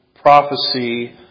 prophecy